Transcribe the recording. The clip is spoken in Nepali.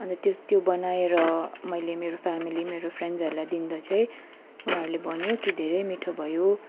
अन्त त्यस त्यो बनाएर मैले मेरो फेमिली मेरो फ्रेन्ड्सहरूलाई दिँदा चाहिँ उनीहरूले भन्यो कि धेरै मिठो भयो